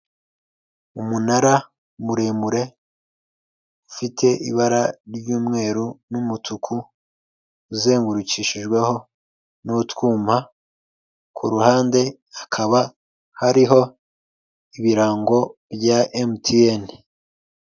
Umunara muremure ufite ibara ry'umweru n'umutuku uzengurukishijweho n'utwuma, ku ruhande hakaba hariho ibirango bya emutiyeni.